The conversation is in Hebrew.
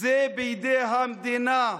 זה בידי המדינה,